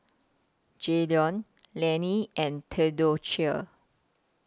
Jaylon Lanny and Theodocia